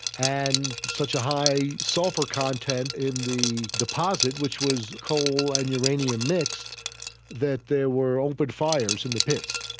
and such a high sulphur content in the deposit which was coal and uranium mixed that there were open fires in the pits.